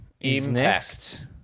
Impact